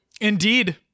Indeed